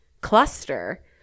cluster